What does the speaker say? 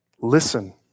listen